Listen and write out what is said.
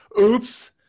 Oops